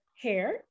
hair